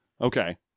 Okay